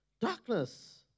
darkness